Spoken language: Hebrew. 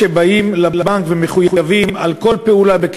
שבאים לבנק ומחויבים בכסף על כל פעולה,